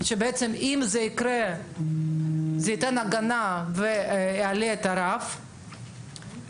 זה ייתן הגנה ויעלה את הרף,